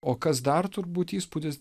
o kas dar turbūt įspūdis